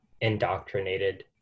indoctrinated